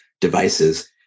devices